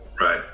Right